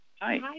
Hi